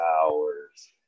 hours